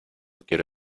quiero